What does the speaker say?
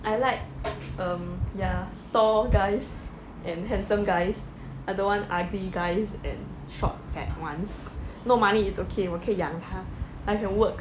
I like um ya tall guys and handsome guys I don't want ugly guys and short fat ones no money it's okay 我可以养他 I can work